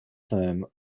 firm